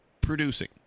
producing